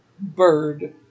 bird